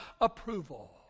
approval